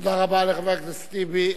תודה רבה לחבר הכנסת טיבי.